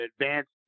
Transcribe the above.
advanced